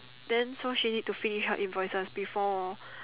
then so she need to finish her invoices before